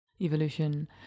evolution